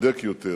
צודק יותר,